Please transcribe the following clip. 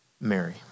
Mary